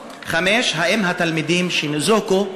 5. האם יפוצו התלמידים שניזוקו?